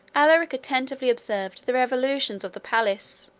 alaric attentively observed the revolutions of the palace,